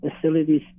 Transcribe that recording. facilities